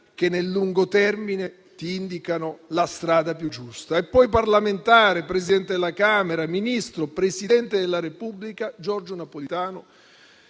che nel lungo termine e indicano la strada più giusta. Poi parlamentare, Presidente della Camera, Ministro e Presidente della Repubblica, Giorgio Napolitano,